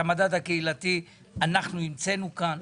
את המדד הקהילתי אנחנו המצאנו כאן,